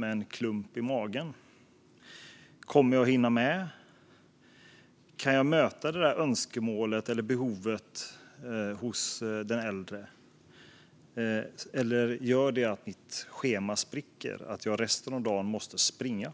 med en klump i magen. Kommer jag att hinna med? Kan jag möta det där önskemålet eller behovet hos den äldre, eller kommer det att göra att mitt schema spricker så att jag resten av dagen måste springa?